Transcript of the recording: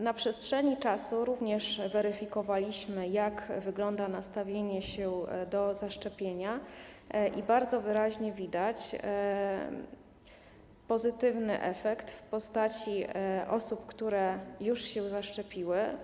Na przestrzeni czasu również weryfikowaliśmy, jak wygląda nastawienie do zaszczepienia, i bardzo wyraźnie widać pozytywny efekt w postaci osób, które już się zaszczepiły.